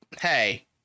hey